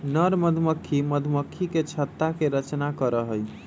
नर मधुमक्खी मधुमक्खी के छत्ता के रचना करा हई